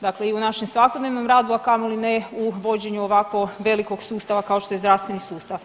Dakle i u našem svakodnevnom radu, a kamoli ne u vođenju ovako velikog sustava kao što je zdravstveni sustav.